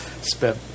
spent